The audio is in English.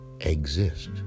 exist